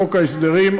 בחוק ההסדרים.